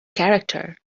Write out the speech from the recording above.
character